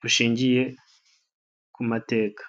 bushingiye ku mateka.